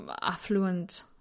affluent